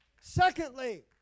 Secondly